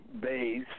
base